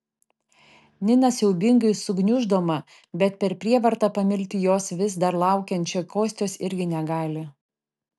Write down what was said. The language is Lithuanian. nina siaubingai sugniuždoma bet per prievartą pamilti jos vis dar laukiančio kostios irgi negali